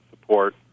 support